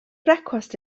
brecwast